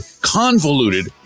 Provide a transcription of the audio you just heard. convoluted